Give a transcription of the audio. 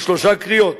בשלוש קריאות